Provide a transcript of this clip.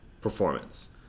performance